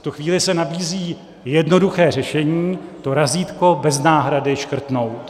V tu chvíli se nabízí jednoduché řešení to razítko bez náhrady škrtnout.